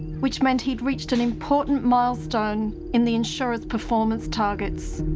which meant he had reached an important milestone in the insurer's performance targets.